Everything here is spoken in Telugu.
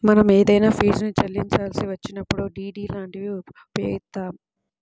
మనం ఏదైనా ఫీజుని చెల్లించాల్సి వచ్చినప్పుడు డి.డి లాంటివి ఉపయోగిత్తాం